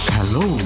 Hello